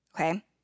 Okay